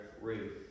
Ruth